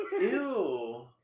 Ew